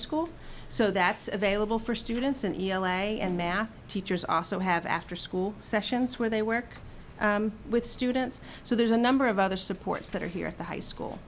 school so that's available for students and a and math teachers also have afterschool sessions where they work with students so there's a number of other supports that are here at the high school